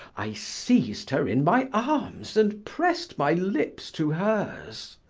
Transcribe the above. i seized her in my arms and pressed my lips to hers.